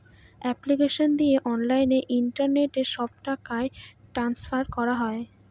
application দিয়ে online internet সব টাকা ট্রান্সফার করা হয়